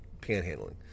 panhandling